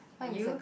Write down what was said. are you